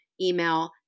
email